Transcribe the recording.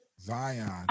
Zion